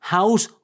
House